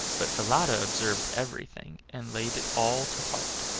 but falada observed everything, and laid it all to heart.